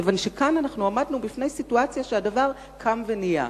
כיוון שכאן אנחנו עמדנו בפני סיטואציה שהדבר קם ונהיה,